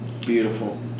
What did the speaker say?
beautiful